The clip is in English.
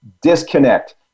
Disconnect